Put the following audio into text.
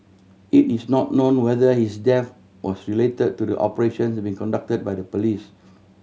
it is not known whether his death was related to the operations be conducted by the police